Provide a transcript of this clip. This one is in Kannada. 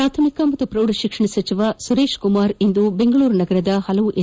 ಪ್ರಾಥಮಿಕ ಮತ್ತು ಪ್ರೌಢ ಶಿಕ್ಷಣ ಸಚಿವ ಸುರೇಶ್ ಕುಮಾರ್ ಇಂದು ಬೆಂಗಳೂರು ನಗರದ ವಿವಿಧ ಎಸ್